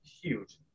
Huge